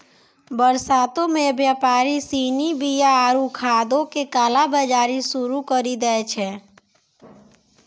बरसातो मे व्यापारि सिनी बीया आरु खादो के काला बजारी शुरू करि दै छै